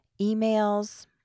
emails